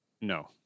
No